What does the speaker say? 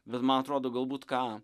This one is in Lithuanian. bet man atrodo galbūt ką